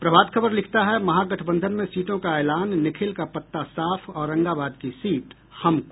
प्रभात खबर लिखता है महागठबंधन में सीटों का ऐलान निखिल का पत्ता साफ औरंगाबाद की सीट हम को